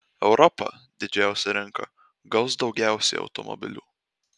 europa didžiausia rinka gaus daugiausiai automobilių